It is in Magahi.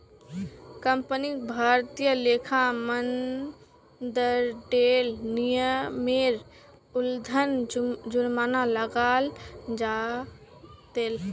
कंपनीक भारतीय लेखा मानदंडेर नियमेर उल्लंघनत जुर्माना लगाल जा तेक